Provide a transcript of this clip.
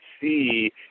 see